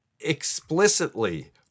explicitly